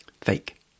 Fake